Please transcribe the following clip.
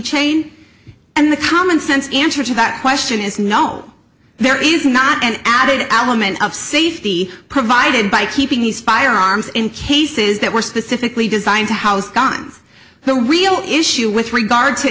chain and the commonsense answer to that question is no there is not an added element of safety provided by keeping these firearms in cases that were specifically designed to house guns so we'll issue with regard to